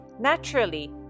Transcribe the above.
Naturally